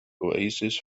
oasis